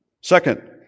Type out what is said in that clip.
Second